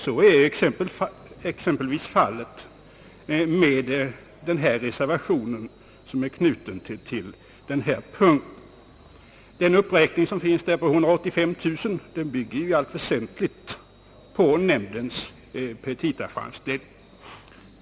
Så är exempelvis fallet med den reservation, som är knuten till utlåtandet vid denna punkt. Den uppräkning av bidraget, som föreslås i reservationen med 185 000 kronor, bygger i allt väsentligt på varudeklarationsnämndens petitaframställning.